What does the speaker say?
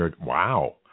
Wow